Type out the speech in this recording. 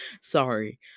Sorry